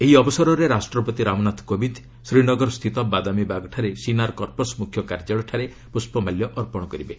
ଏହି ଅବସରରେ ରାଷ୍ଟ୍ରପତି ରାମନାଥ କୋବିନ୍ଦ ଶ୍ରୀନଗରସ୍ଥିତ ବାଦାମୀବାଗଠାରେ ସିନାର କର୍ପସ୍ ମୁଖ୍ୟ କାର୍ଯ୍ୟାଳୟଠାରେ ପୁଷ୍ପମାଲ୍ୟ ଅର୍ପଣ କରିବେ